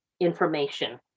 information